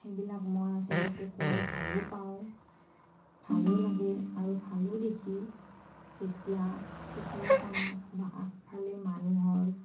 সেইবিলাক মই আচলতে কৰি ভালো পাওঁ ভালো লাগে আৰু ভালো দেখি যেতিয়া চোতালখনত বা আগফালে মানুহৰ